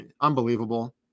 Unbelievable